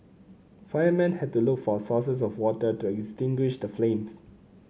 firemen had to look for sources of water to extinguish the flames